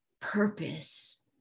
purpose